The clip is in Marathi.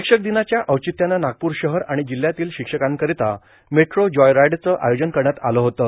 शिक्षक दिनाच्या औचित्यानं नागपूर शहर आणि जिल्हयातील शिक्षकांकरिता मेट्रो जॉय राईड चं आयोजन करण्यात आलं होतं